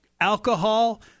alcohol